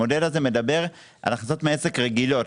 המודל הזה מדבר על הכנסות מעסק רגילות,